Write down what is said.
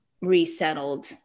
resettled